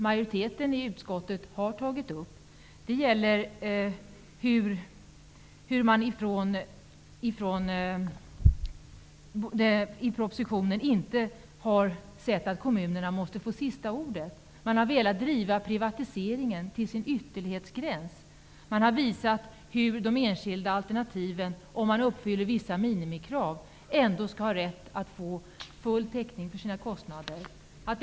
Majoriteten i utskottet har tagit upp det faktum att regeringen inte skriver något i propositionen om att kommunerna måste få sista ordet. Regeringen har velat driva privatiseringen till sin yttersta gräns. Man har visat att de enskilda alternativen skall ha rätt att få full täckning för sina kostnader om de uppfyller vissa minimikrav.